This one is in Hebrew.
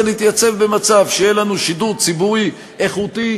נתייצב במצב שיהיה לנו שידור ציבורי איכותי,